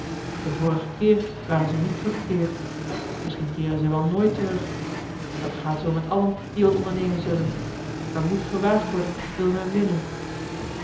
den vorigen keer waren zij niet teruggekeerd misschien keeren zij wel nooit terug dat gaat zoo met allen die wat ondernemen zullen er moet gewaagd worden wil men winnen